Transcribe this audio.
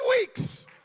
weeks